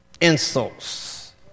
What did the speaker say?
Insults